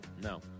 No